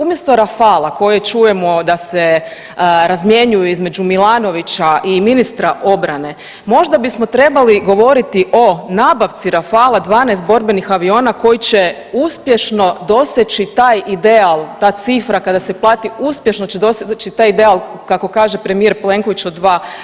Umjesto rafala koje čujemo da se razmjenjuju između Milanovića i ministra obrane možda bismo trebali govoriti o nabavci rafala 12 borbenih aviona koji će uspješno doseći taj ideal, ta cifra kada se plati uspješno će doseći taj ideal kako kaže premijer Plenković od 2%